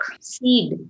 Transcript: seed